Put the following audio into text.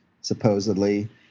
supposedly